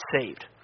saved